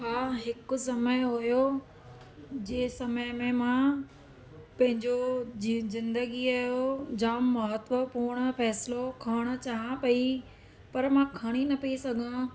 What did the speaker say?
हा हिकु समय हुयो जंहिं समय में मां पंहिंजो ज़िंदगीअ जो जामु महत्वपूर्ण फ़ैसिलो खणणु चाहियां पई पर मां खणी न पई सघां